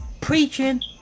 preaching